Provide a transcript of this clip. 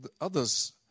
others